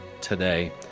today